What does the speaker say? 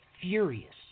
furious